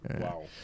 Wow